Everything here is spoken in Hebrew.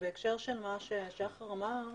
בהקשר של מה ששחר אמר.